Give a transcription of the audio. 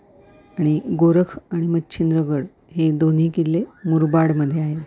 आणि गोरख आणि मच्छिंद्रगड हे दोन्ही किल्ले मुरबाडमध्ये आहे